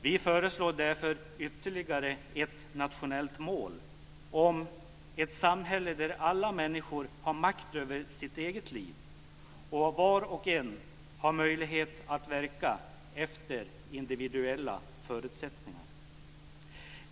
Vi föreslår därför ytterligare ett nationellt mål om ett samhälle där varje människa har makt över sitt eget liv och där var och en har möjlighet att verka efter individuella förutsättningar.